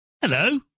Hello